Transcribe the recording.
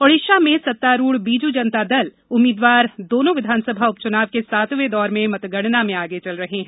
ओडिशा में सत्ताारूढ बीजू जनता दल उम्मीदवार दोनों विधानसभा उपचुनाव के सातवें दौर की मतगणना में आगे चल रहे हैं